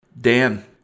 Dan